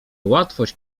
łatwość